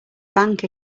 bank